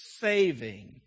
saving